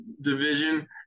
division